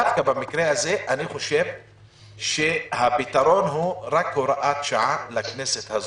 דווקא במקרה הזה אני חושב שהפתרון הוא רק הוראת שעה לכנסת הזאת,